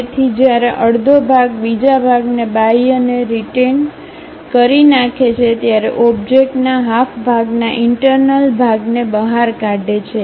તેથી જ્યારે અડધો ભાગ બીજા ભાગના બાહ્યને રીટેઈન કરી રાખે છે ત્યારે ઓબ્જેક્ટના હાફ ભાગના ઇન્ટર્નલભાગને બહાર કાઢે છે